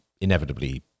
inevitably